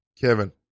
Kevin